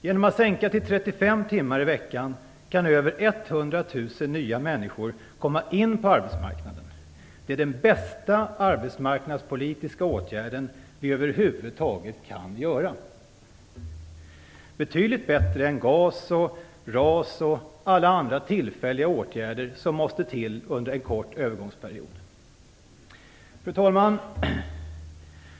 Genom att sänka den till 35 timmar i veckan kan över 100 000 nya människor komma in på arbetsmarknaden. Det är den bästa arbetsmarknadspolitiska ätgård vi över huvud taget kan vidta, betydligt bättre än GAS, RAS och alla andra tillfälliga åtgärder som måste till under en kort övergångsperiod. Fru talman!